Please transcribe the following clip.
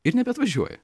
ir nebeatvažiuoja